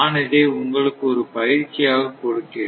நான் இதை உங்களுக்கு ஒரு பயிற்சியாக கொடுக்கிறேன்